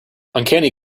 uncanny